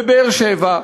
בבאר-שבע?